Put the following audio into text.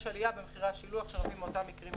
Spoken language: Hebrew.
יש עלייה במחירי השילוח ועל זה דיברנו.